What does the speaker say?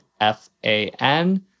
f-a-n